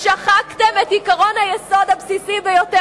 שחקתם את עקרון היסוד הבסיסי ביותר.